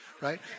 right